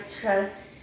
trust